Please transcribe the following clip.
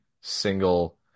single